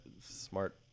smart